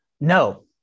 no